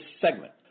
segment